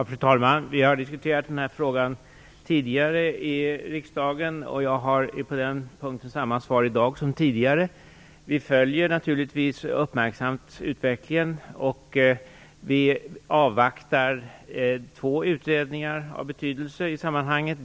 Fru talman! Vi har diskuterat den här frågan tidigare i riksdagen. Jag har samma svar som tidigare. Vi följer naturligtvis utvecklingen uppmärksamt och avvaktar två utredningar av betydelse i sammanhanget.